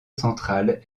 centrale